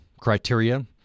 criteria